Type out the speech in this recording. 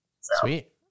sweet